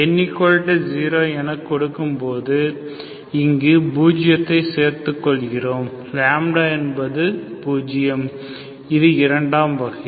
n0 என கொடுக்கும் போது இங்கு பூஜ்ஜியத்தை சேர்த்துக் கொள்கிறோம் λ என்பது 0இது இரண்டாம் வகை